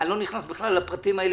אני לא נכנס לפרטים האלה,